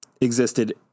existed